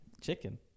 Chicken